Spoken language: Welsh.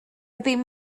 ddim